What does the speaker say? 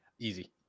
Easy